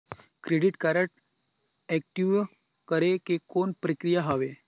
Credit card active करे के कौन प्रक्रिया हवे?